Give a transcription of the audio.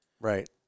right